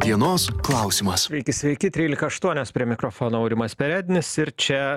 dienos klausimas sveiki sveiki trylika aštuonios prie mikrofono aurimas perednis ir čia